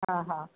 हा हा